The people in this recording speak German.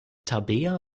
tabea